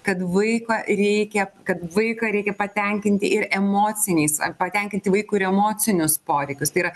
kad vaiką reikia kad vaiką reikia patenkinti ir emociniais patenkinti vaiko ir emocinius poreikius tai yra